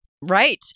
Right